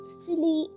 silly